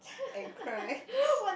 and cry